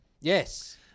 yes